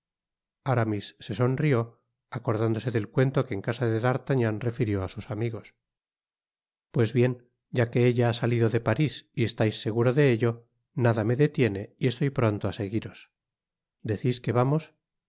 aramis se sonrió acordándose del cuento que en casa de d'artagnan refirió á sus amigos pues bien ya que ella ha salido de parís y estais seguro de ello nada me detine v estov pronto á seguiros decís que vamos